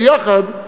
ביחד,